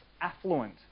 affluent